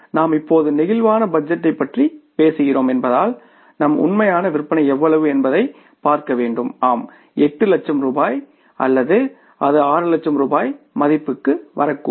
ஆனால் நாம் இப்போது பிளேக்சிபிள் பட்ஜெட்டைப் பற்றி பேசுகிறோம் என்பதால் நம் உண்மையான விற்பனை எவ்வளவு என்பதை பார்க்க வேண்டும் ஆம் 8 லட்சம் ரூபாய் அல்லது அது 6 லட்சம் ரூபாய் மதிப்புக்கு வரக்கூடும்